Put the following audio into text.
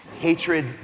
Hatred